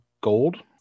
gold